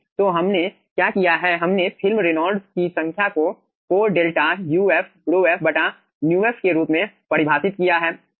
तो हमने क्या किया है हमने फिल्म रेनॉल्ड्स की संख्या को 4 𝛿 uf ρf μf के रूप में परिभाषित किया है